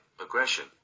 aggression